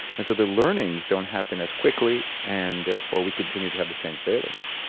and so the learnings don't happen as quickly and therefore we continue to have the same failings.